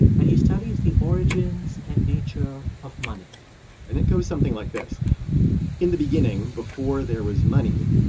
and he studies the origins and nature of money and it goes something like this in the beginning, before there was money,